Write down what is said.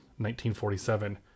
1947